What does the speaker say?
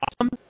awesome